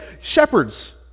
shepherds